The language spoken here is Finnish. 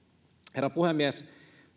herra puhemies